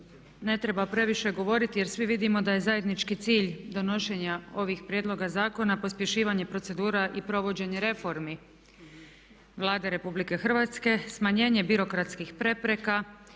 ne treba previše govoriti jer svi vidimo da je zajednički cilj donošenja ovih prijedloga zakona pospješivanje procedura i provođenje reformi Vlade Republike Hrvatske, smanjenje birokratskih prepreka